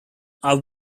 are